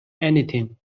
anything